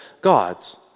gods